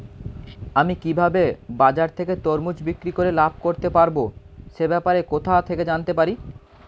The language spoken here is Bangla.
আমি কিভাবে বাজার থেকে তরমুজ বিক্রি করে লাভ করতে পারব সে ব্যাপারে কোথা থেকে জানতে পারি?